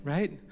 Right